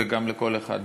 וגם לכל אחד מאתנו?